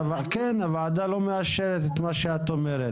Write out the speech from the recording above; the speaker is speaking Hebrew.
כן, הוועדה לא מאשרת את מה שאת אומרת.